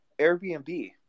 Airbnb